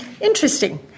Interesting